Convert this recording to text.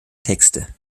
texte